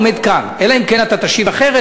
אלא אם כן אתה תשיב אחרת,